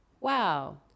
wow